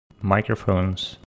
microphones